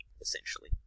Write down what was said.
essentially